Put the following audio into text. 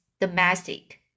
domestic